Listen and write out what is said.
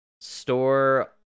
store